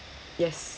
yes